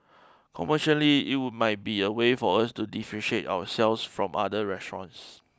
commercially it would might be a way for us to differentiate ourselves from other restaurants